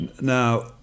Now